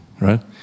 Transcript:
right